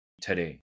today